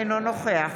אינו נוכח